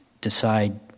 decide